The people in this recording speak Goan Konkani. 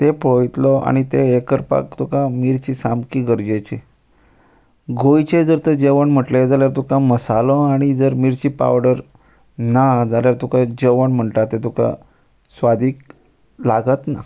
ते पळयतलो आनी ते हे करपाक तुका मिर्ची सामकी गरजेची गोंयचे जर ते जेवण म्हटले जाल्यार तुका मसालो आनी जर मिर्ची पावडर ना जाल्यार तुका जेवण म्हणटा तें तुका स्वादीक लागत ना